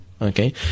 Okay